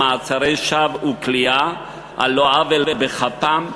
למעצרי שווא וכליאה על לא עוול בכפם,